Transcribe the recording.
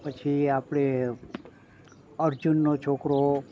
પછી આપણે અર્જુનનો છોકરો